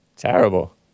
Terrible